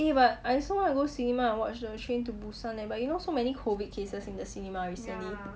eh but I also wanna go cinema watch the train to busan eh but you know so many COVID cases in the cinema recently